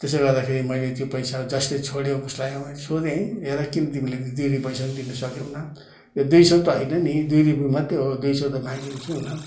त्यसो गर्दाखेरि मैले त्यो पैसा जसले छोड्यो उसलाई अब मैले सोधेँ हेर किन तिमीले दुई रुपियाँ पैसा पनि दिन सकेनौ यो दुई सौ त हैन नि दुई रुपियाँ मात्रै हो दुई सौ त मागेको छैनौँ